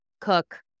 cook